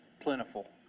plentiful